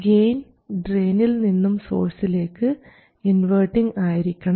gain ഡ്രയിനിൽ നിന്നും സോഴ്സിലേക്ക് ഇൻവർട്ടിങ് ആയിരിക്കണം